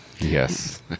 Yes